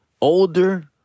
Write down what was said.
older